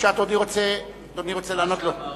אדוני רוצה לענות לו?